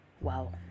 Wow